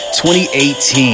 2018